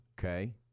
Okay